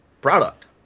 product